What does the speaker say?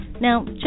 Now